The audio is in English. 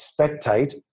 spectate